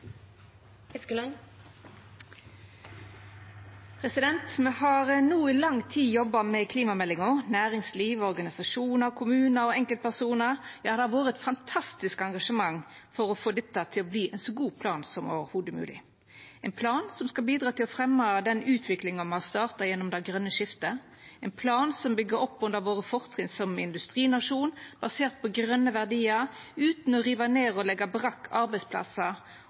har no i lang tid jobba med klimameldinga – næringsliv, organisasjonar, kommunar og enkeltpersonar. Det har vore eit fantastisk engasjement for å få dette til å verta ein så god plan som i det heile mogleg – ein plan som skal bidra til å fremja den utviklinga me har starta gjennom det grøne skiftet, ein plan som byggjer opp under våre fortrinn som industrinasjon basert på grøne verdiar, utan å riva ned og leggja brakk